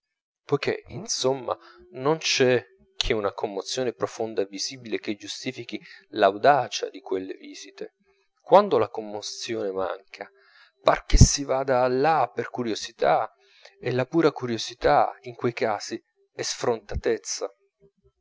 poichè insomma non c'è che una commozione profonda e visibile che giustifichi l'audacia di quelle visite quando la commozione manca par che si vada là per curiosità e la pura curiosità in quei casi è sfrontatezza